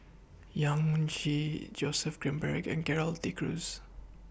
Yong Chee Joseph Grimberg and Gerald De Cruz